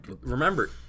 remember